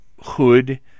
hood